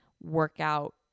workout